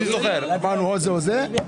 לא אמרתי בכל הדברים.